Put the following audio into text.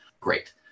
great